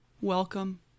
Welcome